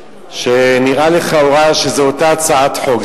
שנראה לכאורה שזו אותה הצעת חוק,